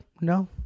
no